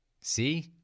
See